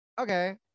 okay